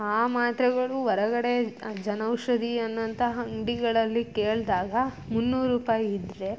ಆ ಮಾತ್ರೆಗಳು ಹೊರಗಡೆ ಜನೌಷಧಿ ಅನ್ನೋಂಥ ಅಂಗ್ಡಿಗಳಲ್ಲಿ ಕೇಳಿದಾಗ ಮುನ್ನೂರು ರೂಪಾಯಿ ಇದ್ದರೆ